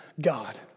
God